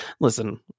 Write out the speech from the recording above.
listen